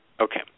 Okay